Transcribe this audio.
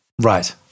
Right